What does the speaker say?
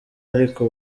ariko